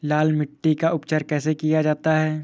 लाल मिट्टी का उपचार कैसे किया जाता है?